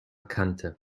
kante